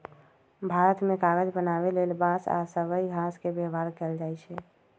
भारत मे कागज बनाबे लेल बांस आ सबइ घास के व्यवहार कएल जाइछइ